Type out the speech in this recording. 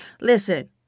listen